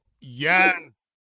Yes